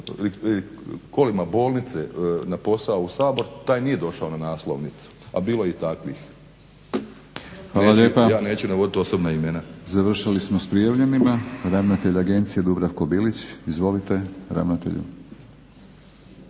kolima na posao u Sabor taj nije došao na naslovnicu, a bilo je i takvih. **Batinić, Milorad (HNS)** Hvala lijepa. Završili smo s prijavljenima. Ravnatelj agencije Dubravko Bilić. Izvolite.